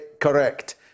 correct